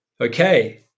okay